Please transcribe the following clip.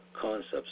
concepts